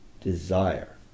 desire